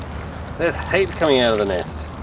there's heaps coming out of the nest.